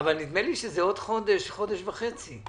אבל נדמה לי שזה עוד חודש-חודש וחצי.